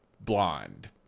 blonde